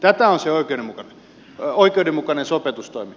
tätä on se oikeudenmukainen sopeutustoimi